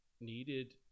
needed